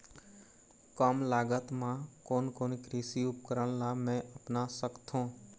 कम लागत मा कोन कोन कृषि उपकरण ला मैं अपना सकथो?